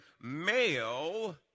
male